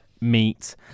meat